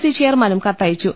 C ചെയർമാനും കത്തയച്ചു